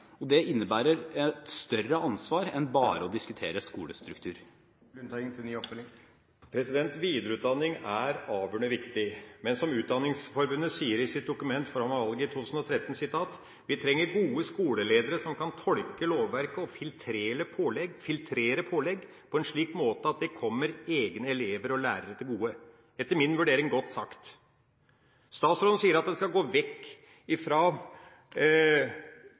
og det innebærer et større ansvar enn bare å diskutere skolestruktur. Videreutdanning er avgjørende viktig, men som Utdanningsforbundet sier i sitt dokument fra valget i 2013: «Vi trenger gode skoleledere som kan tolke lovverket og filtrere pålegg på en slik måte at det kommer egne elever og lærere til gode.» Etter min vurdering er dette godt sagt. Statsråden sier at han skal gå vekk